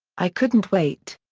i couldn't wait.